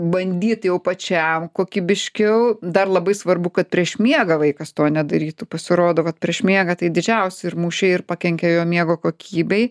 bandyt jau pačiam kokybiškiau dar labai svarbu kad prieš miegą vaikas to nedarytų pasirodo vat prieš miegą tai didžiausi ir mūšiai ir pakenkia jo miego kokybei